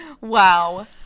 Wow